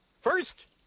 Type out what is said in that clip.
First